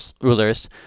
rulers